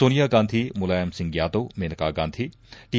Sonia Gandhi Mulayam Singh Yadav Maneka Gandhi T